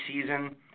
season